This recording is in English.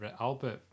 Albert